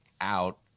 out